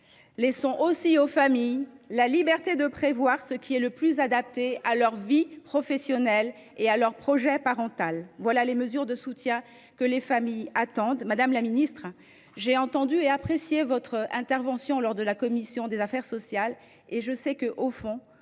Laissons aussi aux familles la liberté de prévoir ce qui est le plus adapté à leur vie professionnelle et à leur projet parental. Telles sont les mesures de soutien que les familles attendent. Madame la ministre, j’ai entendu et apprécié votre intervention dans le cadre de votre audition par la commission des affaires sociales. Je le sais, vous